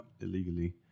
illegally